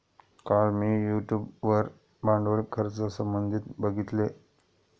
काल मी यूट्यूब वर भांडवल खर्चासंबंधित बघितले